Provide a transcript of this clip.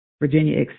Virginia